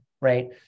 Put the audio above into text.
right